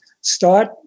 start